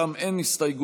שם אין הסתייגויות,